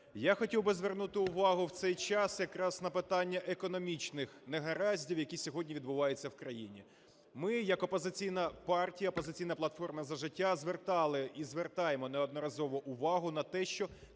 Я хотів би звернути увагу в цей час якраз на питання економічних негараздів, які сьогодні відбуваються в країні. Ми як опозиційна партія, "Опозиційна платформа - За життя", звертали і звертаємо неодноразово увагу на те, що